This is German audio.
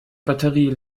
batterie